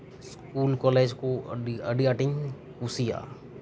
school college ᱠᱚ ᱟᱹᱰᱤ ᱟᱸᱴ ᱤᱧ ᱠᱩᱥᱤᱭᱟᱜᱼᱟ